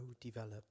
develop